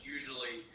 Usually